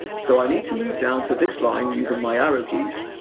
so i need to move down to this line using my arrow keys.